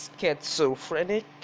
schizophrenic